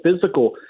physical